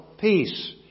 peace